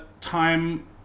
time